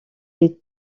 est